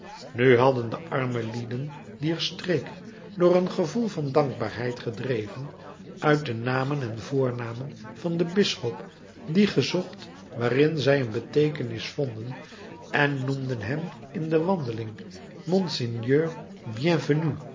nu hadden de arme lieden dier streek door een gevoel van dankbaarheid gedreven uit de namen en voornamen van den bisschop dien gezocht waarin zij een beteekenis vonden en noemden hem in de wandeling monseigneur